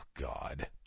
God